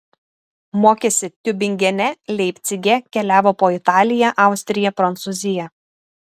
mokėsi tiubingene leipcige keliavo po italiją austriją prancūziją